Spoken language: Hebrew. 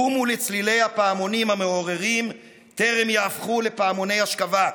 קומו לצלילי הפעמונים המעוררים טרם יהפכו לפעמוני אשכבה.